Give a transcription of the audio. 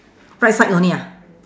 right side only ah